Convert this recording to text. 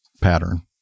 pattern